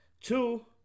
Two